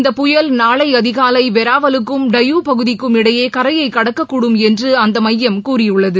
இந்த புயல் நாளை அதிகாலை வெராவலுக்கும் டையூ பகுதிக்கும் இடையே கரையை கடக்கக்கூடும் என்று அந்த மையம் கூறியுள்ளது